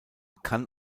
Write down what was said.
kann